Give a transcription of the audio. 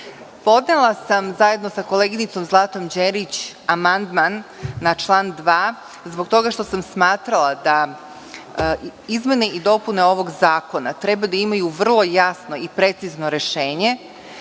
podnela sa zajedno sa koleginicom Zlatom Đerić amandman na član 2. zbog toga što sam smatrala da izmene i dopune ovog zakona treba da imaju vrlo jasno i precizno rešenje